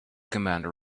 commander